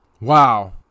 Wow